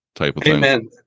Amen